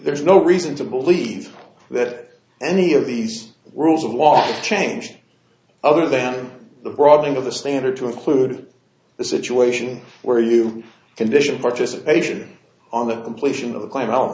there's no reason to believe that any of these rules of law changed other than the broadening of the standard to include the situation where you condition participation on the completion